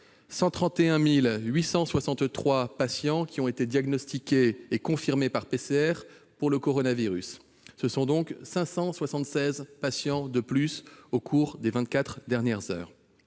131 863 patients ont été diagnostiqués et confirmés par test PCR pour le coronavirus ; ce sont 576 patients de plus au cours des vingt-quatre dernières heures.